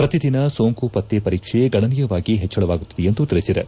ಪ್ರತಿದಿನ ಸೋಂಕು ಪತ್ತೆ ಪರೀಕ್ಷೆ ಗಣನೀಯವಾಗಿ ಹೆಚ್ಚಳವಾಗುತ್ತಿದೆ ಎಂದು ತಿಳಿಸಿದೆ